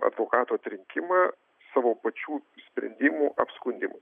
advokatų atrinkimą savo pačių sprendimų apskundimui